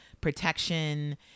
protection